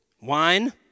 wine